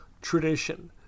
tradition